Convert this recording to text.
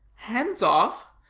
hands off?